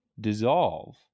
dissolve